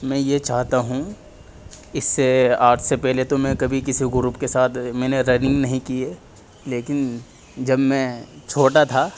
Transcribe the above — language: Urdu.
میں یہ چاہتا ہوں اس سے آج سے پہلے تو میں کبھی کسی گروپ کے ساتھ میں نے رننگ نہیں کی ہے لیکن جب میں چھوٹا تھا